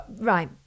right